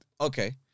Okay